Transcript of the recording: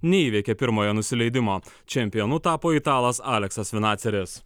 neįveikė pirmojo nusileidimo čempionu tapo italas aleksas vinaceris